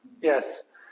yes